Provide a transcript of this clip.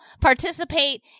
participate